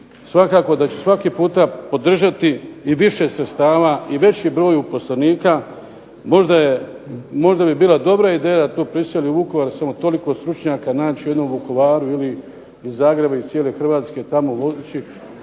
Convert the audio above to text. svakako da ću svaki puta podržati i više sredstava i veći broj uposlenika. Možda bi bila dobra ideja da to preseli u Vukovar, samo toliko stručnjaka naći u jednom Vukovaru ili iz Zagreba i cijele Hrvatske tamo otići